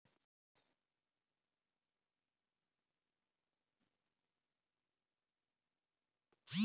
ফসলকে বিপলল ক্যরা আর ঠিকঠাক দরে বাজারে বিক্কিরি ক্যরা